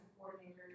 coordinator